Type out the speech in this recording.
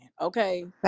okay